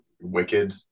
wicked